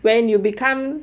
when you become